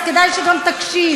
אז כדאי שגם תקשיב.